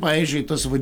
pavyzdžiui tas vat